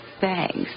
Thanks